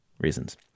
reasons